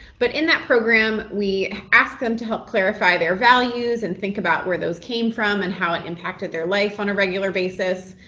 but in that program we ask them to help clarify their values and think about where those came from and how it impacted their life on a regular basis.